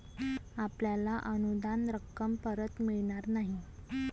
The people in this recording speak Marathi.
आपल्याला अनुदान रक्कम परत मिळणार नाही